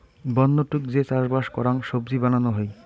বন্য তুক যে চাষবাস করাং সবজি বানানো হই